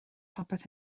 popeth